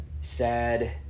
sad